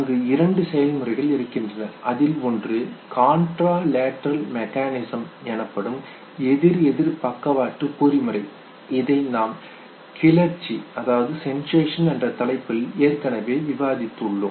அங்கு இரண்டு செயல்முறைகள் இருக்கின்றன அதில் ஒன்று காண்ட்ரா லேட்ரல் மெக்கானிசம் எதிரெதிர் பக்கவாட்டு பொறிமுறை இதை நாம் கிளர்ச்சி சென்சேஷன் என்ற தலைப்பில் நாம் விவாதித்து உள்ளோம்